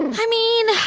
i mean,